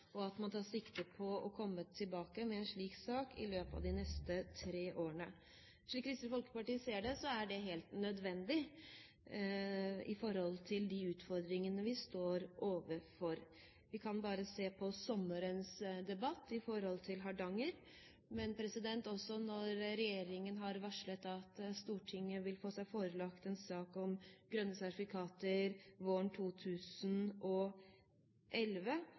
og at man tar sikte på å komme tilbake med en slik sak i løpet av de neste tre årene. Slik Kristelig Folkeparti ser det, er det helt nødvendig i forhold til de utfordringene vi står overfor. Vi kan bare se på sommerens debatt med hensyn til Hardanger. Men når regjeringen har varslet at Stortinget vil få seg forelagt en sak om grønne sertifikater våren 2011,